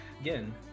Again